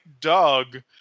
Doug